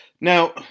Now